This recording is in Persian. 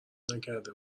نکرده